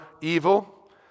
evil